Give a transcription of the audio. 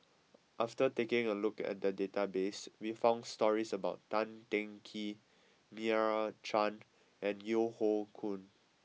after taking a look at the database we found stories about Tan Teng Kee Meira Chand and Yeo Hoe Koon